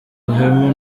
ubuhemu